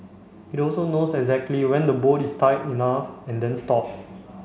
it also knows exactly when the bolt is tight enough and then stop